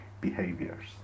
behaviors